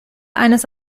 eines